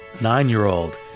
nine-year-old